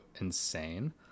insane